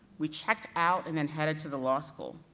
we checked out and then headed to the law school.